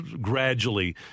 gradually